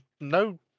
no